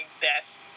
Best